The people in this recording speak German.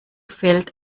fällt